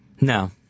No